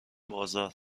بازار